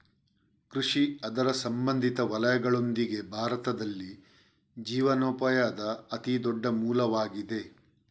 ಕೃಷಿ ಅದರ ಸಂಬಂಧಿತ ವಲಯಗಳೊಂದಿಗೆ, ಭಾರತದಲ್ಲಿ ಜೀವನೋಪಾಯದ ಅತಿ ದೊಡ್ಡ ಮೂಲವಾಗಿದೆ